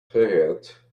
head